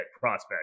prospect